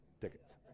tickets